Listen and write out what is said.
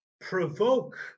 Provoke